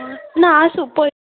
ना आसूं पय